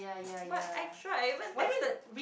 but I tried I even texted